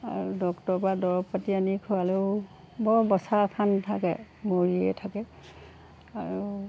আৰু ডক্তৰৰপৰা দৰব পাতি আনি খোৱালেও বৰ বচা আশা নাথাকে মৰিয়ে থাকে আৰু